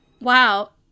Wow